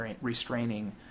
restraining